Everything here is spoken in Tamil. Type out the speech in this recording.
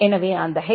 எனவே அந்த எச்